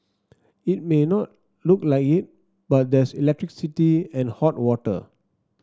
it may not look like it but there's electricity and hot water